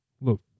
Look